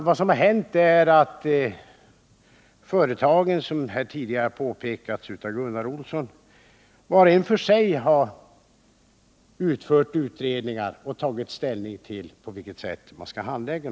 Vad som hänt är, såsom tidigare har påpekats här av Gunnar Olsson, att företagen vart och ett för sig gjort utredningar och tagit ställning till på vilket sätt frågorna skall handläggas.